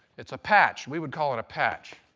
it's a patch, we would call it a patch.